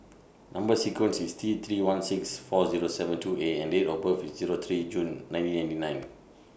Number sequence IS T three one six four Zero seven two A and Date of birth IS Zero three June nineteen ninety nine